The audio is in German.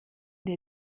der